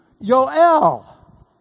Yoel